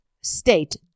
state